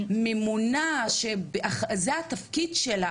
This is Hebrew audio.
ממונה שזה התפקיד שלה,